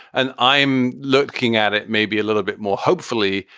and i'm looking at it maybe a little bit more hopefully,